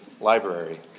library